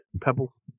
pebbles